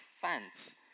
fans